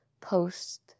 post